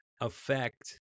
affect